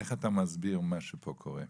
איך אתה מסביר את מה שקורה פה?